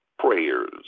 Prayers